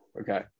Okay